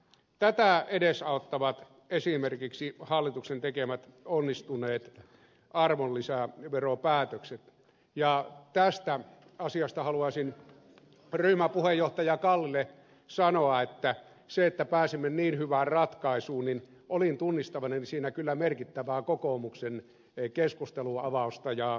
tätä edesauttavat esimerkiksi hallituksen tekemät onnistuneet arvonlisäveropäätökset ja tästä asiasta haluaisin ryhmäpuheenjohtaja kallille sanoa että siinä että pääsimme niin hyvään ratkaisuun olin tunnistavinani kyllä merkittävää kokoomuksen keskustelunavausta ja myötävaikutusta